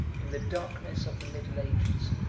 in the darkness of the middle ages,